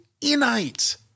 innate